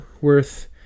worth